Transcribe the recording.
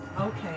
Okay